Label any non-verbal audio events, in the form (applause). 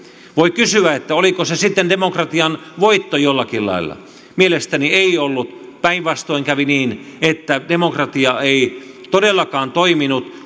voi kysyä oliko se sitten demokratian voitto jollakin lailla mielestäni ei ollut päinvastoin kävi niin että demokratia ei todellakaan toiminut (unintelligible)